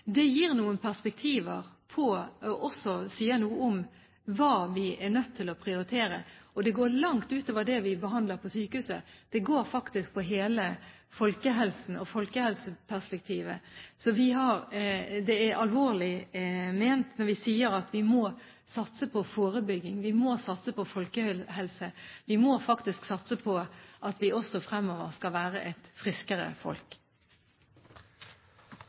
Det gir noen perspektiver på, og sier også noe om, hva vi er nødt til å prioritere. Og det går langt utover det vi behandler på sykehuset – det går faktisk på hele folkehelsen og folkehelseperspektivet. Så det er alvorlig ment når vi sier at vi må satse på forebygging, vi må satse på folkehelse, og vi må faktisk satse på at vi også fremover skal være et friskere folk.